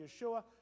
Yeshua